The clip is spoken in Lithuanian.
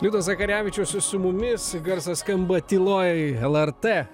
liudo zakarevičiaus su mumis garsas skamba tyloj lrt